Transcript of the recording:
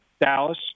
Dallas